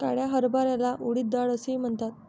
काळ्या हरभऱ्याला उडीद डाळ असेही म्हणतात